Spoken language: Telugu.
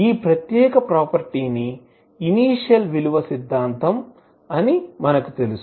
ఈ ప్రత్యేక ప్రాపర్టీని ఇనీషియల్ విలువ సిద్ధాంతం అని తెలుసు